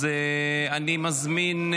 אז אני מזמין,